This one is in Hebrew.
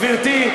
גברתי,